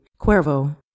Cuervo